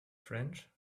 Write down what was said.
french